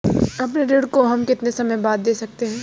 अपने ऋण को हम कितने समय बाद दे सकते हैं?